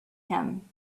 him